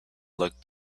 looked